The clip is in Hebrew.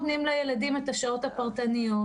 לא נותנים לילדים את השעות הפרטניות.